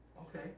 Okay